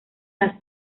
las